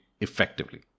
effectively